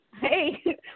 Hey